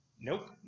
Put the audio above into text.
nope